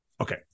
Okay